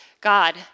God